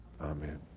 Amen